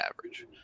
average